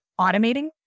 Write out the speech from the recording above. automating